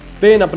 Spain